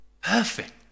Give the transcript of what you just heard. Perfect